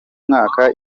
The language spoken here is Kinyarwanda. mwaka